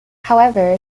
however